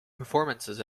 performances